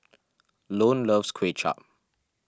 Lone loves Kuay Chap